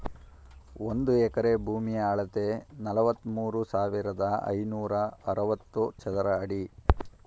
ಒಂದು ಎಕರೆ ಭೂಮಿಯ ಅಳತೆ ನಲವತ್ಮೂರು ಸಾವಿರದ ಐನೂರ ಅರವತ್ತು ಚದರ ಅಡಿ